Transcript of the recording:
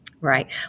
Right